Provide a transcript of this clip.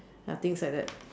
ya things like that